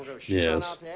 Yes